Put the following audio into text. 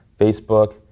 Facebook